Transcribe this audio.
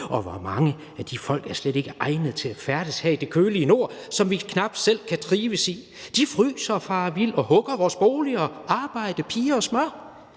øer/og mange af de folk er slet ikke egnet/til at færdes her i det kølige nord/som vi knap selv kan trives i/de fryser og farer vild/og hugger vores boliger/arbejde/piger/smør/nu